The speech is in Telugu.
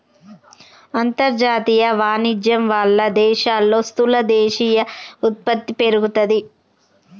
అంతర్జాతీయ వాణిజ్యం వాళ్ళ దేశాల్లో స్థూల దేశీయ ఉత్పత్తి పెరుగుతాది